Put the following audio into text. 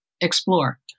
explore